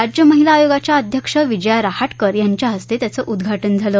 राज्य महिला आयोगाच्या अध्यक्षा विजया रहाटकर यांच्या हस्ते त्याचं उद्वाटन झालं